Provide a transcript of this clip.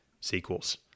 sequels